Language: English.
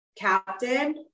captain